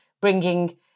bringing